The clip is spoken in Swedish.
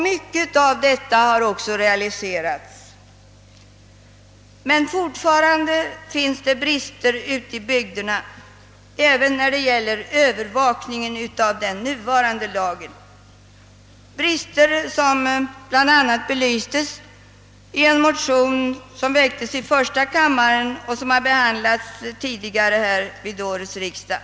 Mycket av detta har också realiserats, men fortfarande finns det brister ute i bygderna även när det gäller övervakningen av Gen nuvarande lagen, brister som bl.a. belystes i en motion som väcktes i första kammaren och som har behandlats tidigare i årets riksdag.